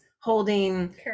holding